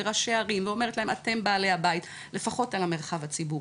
לראשי ערים ואומרת להם אתם בעלי הבית לפחות על המרחב הציבורי,